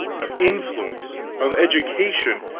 of influence! of education!